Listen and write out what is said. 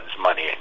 money